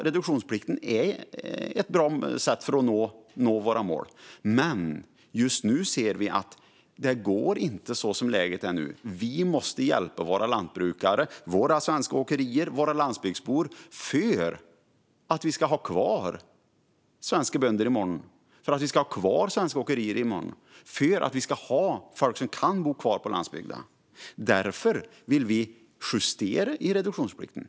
Reduktionsplikten är ett bra sätt att nå våra mål, men just nu, när läget är som det är, ser vi att det inte går att ha det så. Vi måste hjälpa våra lantbrukare, våra svenska åkerier och våra landsbygdsbor för att vi i morgon ska ha kvar svenska bönder och svenska åkerier och för att folk ska kunna bo på landsbygden. Därför vill vi justera reduktionsplikten.